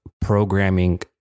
programming